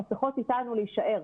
המסכות איתנו כדי להישאר.